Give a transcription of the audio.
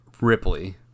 Ripley